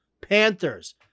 Panthers